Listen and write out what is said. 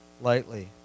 lightly